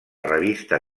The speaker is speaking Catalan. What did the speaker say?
revista